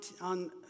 on